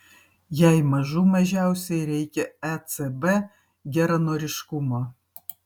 jai mažų mažiausiai reikia ecb geranoriškumo